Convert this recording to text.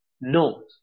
No